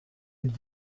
êtes